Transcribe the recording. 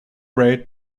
rate